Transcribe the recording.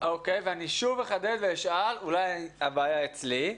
אני שוב אחדד ואשאל, אולי הבעיה אצלי,